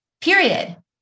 period